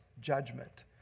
judgment